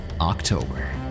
October